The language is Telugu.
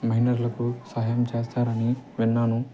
మైనర్లకు సహాయం చేస్తారని విన్నాను